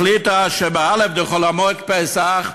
החליטה שבא' חול המועד פסח,